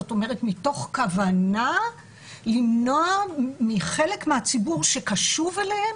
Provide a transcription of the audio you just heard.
זאת אומרת מתוך כוונה למנוע מחלק מהציבור שקשוב אליהם,